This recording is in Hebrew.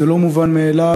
אתה יודע מי זה ארליך בכלל?